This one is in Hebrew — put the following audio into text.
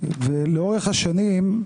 לאורך השנים,